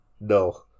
no